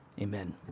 Amen